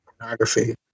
pornography